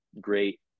great